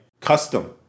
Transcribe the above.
custom